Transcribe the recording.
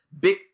big